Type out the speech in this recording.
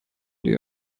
die